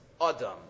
adam